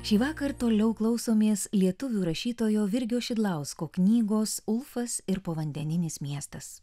šįvakar toliau klausomės lietuvių rašytojo virgio šidlausko knygos ulfas ir povandeninis miestas